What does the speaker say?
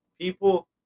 people